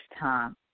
time